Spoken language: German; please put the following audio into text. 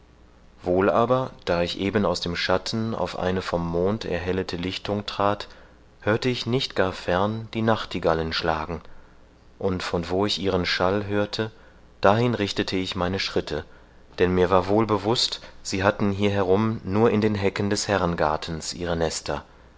wohl aber da ich eben aus dem schatten auf eine vom mond erhellete lichtung trat hörete ich nicht gar fern die nachtigallen schlagen und von wo ich ihren schall hörte dahin richtete ich meine schritte denn mir war wohl bewußt sie hatten hier herum nur in den hecken des herrengartens ihre nester